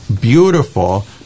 beautiful